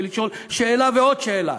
ולשאול שאלה ועוד שאלה